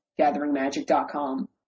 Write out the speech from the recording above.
GatheringMagic.com